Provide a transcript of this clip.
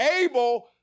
able